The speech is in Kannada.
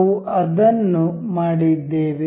ನಾವು ಅದನ್ನು ಮಾಡಿದ್ದೇವೆ